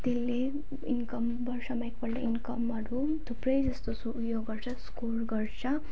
त्यसले इनकम वर्षमा एक पल्ट इनकमहरू थुप्रै जस्तो सो उयो गर्छ स्कोर गर्छ